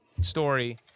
story